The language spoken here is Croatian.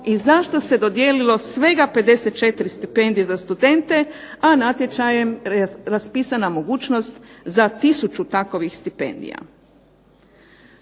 i zašto se dodijelilo svega 54 stipendije za studente, a natječajem je raspisana mogućnost za tisuću takvih stipendija.